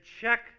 check